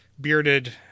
bearded